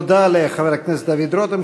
תודה לחבר הכנסת דוד רותם.